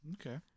okay